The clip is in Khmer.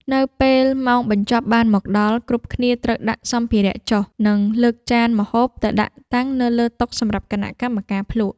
នៅពេលម៉ោងបញ្ចប់បានមកដល់ គ្រប់គ្នាត្រូវដាក់សម្ភារៈចុះ និងលើកចានម្ហូបទៅដាក់តាំងនៅលើតុសម្រាប់គណៈកម្មការភ្លក្ស។